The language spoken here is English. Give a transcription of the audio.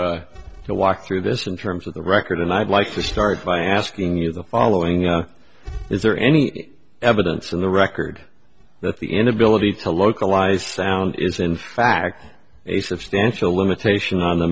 the walk through this in terms of the record and i'd like to start by asking you the following is there any evidence in the record that the inability to localize sound is in fact a substantial limitation on